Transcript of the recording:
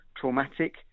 traumatic